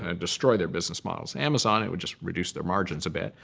ah destroy their business models. amazon, it would just reduce their margins a bit.